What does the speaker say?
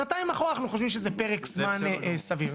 שנתיים אחורה, אנחנו חושבים שזה פרק זמן סביר.